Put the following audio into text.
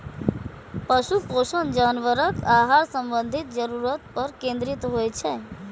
पशु पोषण जानवरक आहार संबंधी जरूरत पर केंद्रित होइ छै